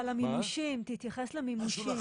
תתייחס למימושים.